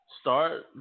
start